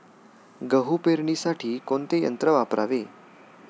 गहू पेरणीसाठी कोणते यंत्र वापरावे?